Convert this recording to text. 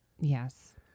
Yes